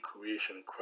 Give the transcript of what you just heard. creation